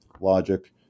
logic